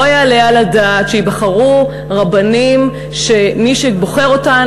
לא יעלה על הדעת שייבחרו רבנים שמי שבוחר אותם,